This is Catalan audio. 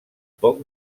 poc